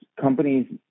companies